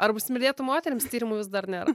ar smirdėtų moterims tyrimų vis dar ne